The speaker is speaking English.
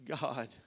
God